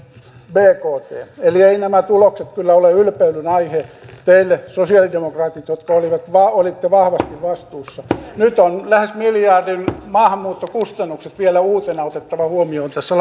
bkt eli eivät nämä tulokset kyllä ole ylpeydenaihe teille sosialidemokraatit jotka olitte vahvasti vastuussa nyt on lähes miljardin maahanmuuttokustannukset vielä uutena otettava huomioon tässä